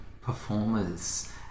performers